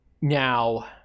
Now